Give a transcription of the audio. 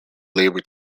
labor